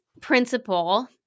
principle